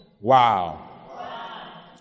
Wow